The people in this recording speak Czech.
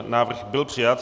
Návrh byl přijat.